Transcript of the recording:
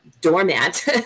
doormat